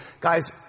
Guys